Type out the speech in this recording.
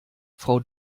frau